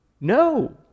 no